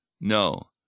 No